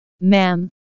Ma'am